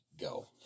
Go